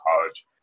College